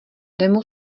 demo